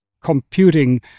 computing